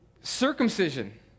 circumcision